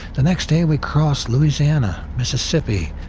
the next day we cross louisiana, mississippi,